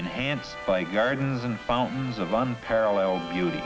enhanced by gardens and fountains of unparalleled beauty